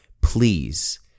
Please